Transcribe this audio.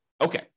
Okay